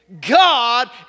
God